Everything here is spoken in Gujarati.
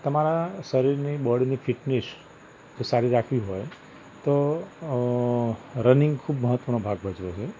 તમારા શરીરની બૉડીની ફિટનેસ સારી રાખવી હોય તો રનિંગ ખૂબ મહત્ત્વનો ભાગ ભજવે છે